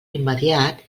immediat